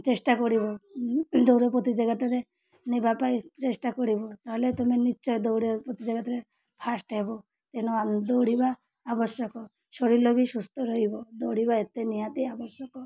ଚେଷ୍ଟା କରିବୁ ଦୌଡ଼ ପ୍ରତିଯୋଗିତାରେ ନେବା ପାଇଁ ଚେଷ୍ଟା କରିବୁ ତାହେଲେ ତୁମେ ନିଶ୍ଚୟ ଦୌଡ଼ ପ୍ରତିଯୋଗିତାରେ ଫାଷ୍ଟ ହେବୁ ତେଣୁ ଦୌଡ଼ିବା ଆବଶ୍ୟକ ଶରୀର ବି ସୁସ୍ଥ ରହିବ ଦୌଡ଼ିବା ଏତେ ନିହାତି ଆବଶ୍ୟକ